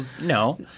No